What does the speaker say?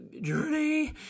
journey